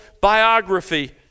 biography